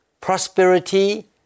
prosperity